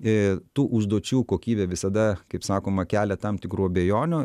e tų užduočių kokybė visada kaip sakoma kelia tam tikrų abejonių